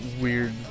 weird